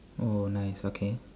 oh nice okay